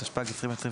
התשפ"ג-2023,